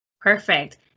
Perfect